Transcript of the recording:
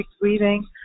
breathing